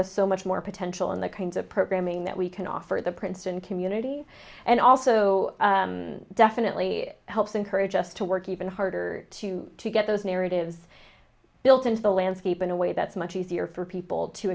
us so much more potential in the kinds of programming that we can offer the prince and community and also definitely helps encourage us to work even harder to get those narratives built into the landscape in a way that's much easier for people to